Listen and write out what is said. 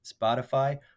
Spotify